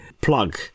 plug